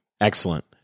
Excellent